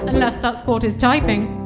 unless that sport is typing.